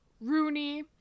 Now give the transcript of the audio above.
rooney